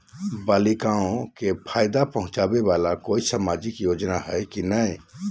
बालिकाओं के फ़ायदा पहुँचाबे वाला कोई सामाजिक योजना हइ की नय?